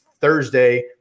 Thursday